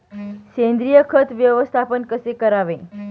सेंद्रिय खत व्यवस्थापन कसे करावे?